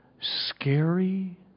scary